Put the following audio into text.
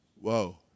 Whoa